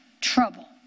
trouble